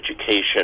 education